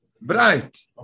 Bright